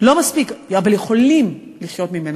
לא מספיק, אבל יכולים לחיות ממנה.